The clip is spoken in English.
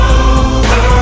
over